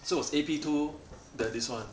so was A P two then this one